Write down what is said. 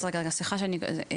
אז רגע, רגע, סליחה שאני קוטעת.